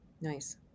Nice